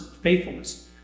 faithfulness